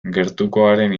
gertukoaren